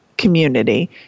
Community